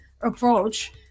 approach